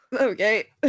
Okay